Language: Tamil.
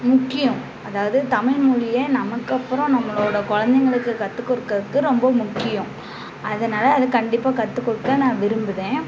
முக்கியம் அதாவது தமிழ்மொலிய நமக்கு அப்புறம் நம்மளோட கொழந்தைங்களுக்கு கற்றுக் குடுக்கிறதுக்கு ரொம்ப முக்கியம் அதனால் அது கண்டிப்பாக கற்றுக் கொடுக்க நான் விரும்புறேன்